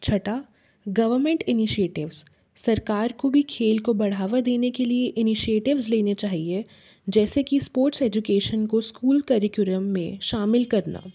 छटा government initiatives सरकार को भी खेल को बढ़ावा देने के लिए इनिसिएटिव्स लेने चाहिए जैसे कि स्पोर्ट्स एजुकेशन को स्कूल करिक्यूलम में शामिल करना